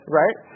right